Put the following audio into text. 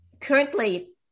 currently